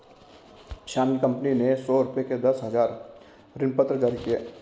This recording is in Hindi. श्याम की कंपनी ने सौ रुपये के दस हजार ऋणपत्र जारी किए